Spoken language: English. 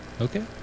Okay